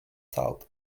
thought